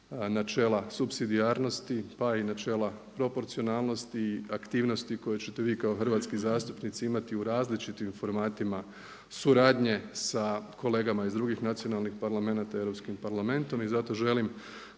načela supsidijarnosti, pa i načela proporcionalnosti, aktivnosti koje ćete vi kao hrvatski zastupnici imati u različitim formatima suradnje sa kolegama iz drugih nacionalnih parlamenata i Europskim parlamentom i zato želim